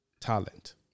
talent